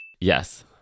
Yes